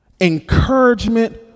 Encouragement